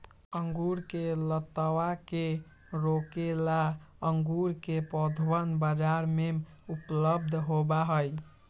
अंगूर के लतावा के रोके ला अंगूर के पौधवन बाजार में उपलब्ध होबा हई